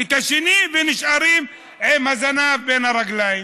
ונשארים עם הזנב בין הרגליים.